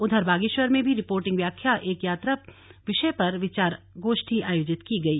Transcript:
उधर बागेश्वर में भी रिपोर्टिंग व्याख्या एक यात्रा विषय पर विचार गोष्ठी आयोजित की गई